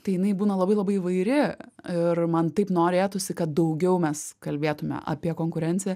tai jinai būna labai labai įvairi ir man taip norėtųsi kad daugiau mes kalbėtume apie konkurenciją